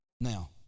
now